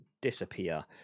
disappear